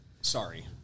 Sorry